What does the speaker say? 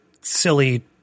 silly